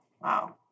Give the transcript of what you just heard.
Wow